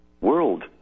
world